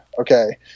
Okay